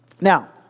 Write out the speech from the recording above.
Now